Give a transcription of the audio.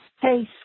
Hey